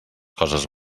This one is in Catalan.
coses